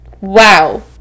Wow